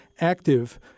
active